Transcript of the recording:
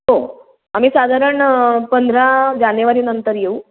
हो आम्ही साधारण पंधरा जानेवारीनंतर येऊ